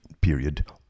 period